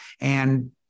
and-